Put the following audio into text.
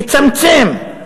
הצטמצם.